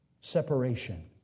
Separation